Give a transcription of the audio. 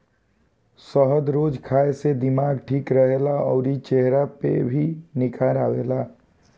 शहद रोज खाए से दिमाग ठीक रहेला अउरी चेहरा पर भी निखार आवेला